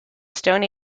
stone